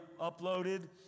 uploaded